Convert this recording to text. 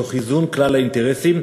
ותוך איזון כלל האינטרסים.